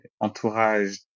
entourage